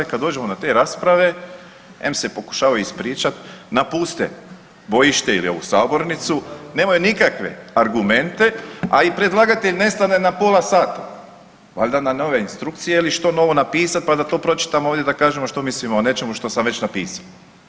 Kad dođemo na te rasprave, em se pokušavaju ispričat, napuste bojište ili ovu sabornicu, nemaju nikakve argumente, a i predlagatelj nestane na pola sata, valjda na nove instrukcije ili što novo napisat pa da to pročitamo ovdje da kažemo što mislimo o nečemu što sam već napisao.